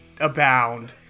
abound